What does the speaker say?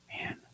Man